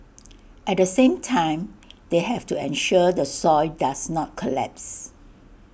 at the same time they have to ensure the soil does not collapse